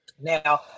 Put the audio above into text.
Now